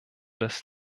das